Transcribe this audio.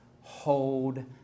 hold